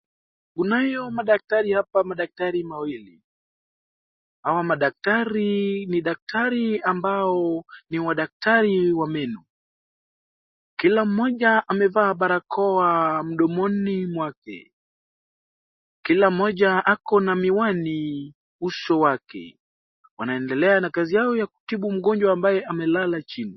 Kunayo madaktari hapa madakari mawili, hawa daktari ni daktari ambao ni wadaktari wa meno. Kila mmoja amevaa barakoa mdomoni mwake. akila mmoja akona miwani uso wake. Wanaendelea na kazi yao ya kutibu mgonjwa ambaye amelala chini.